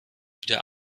wieder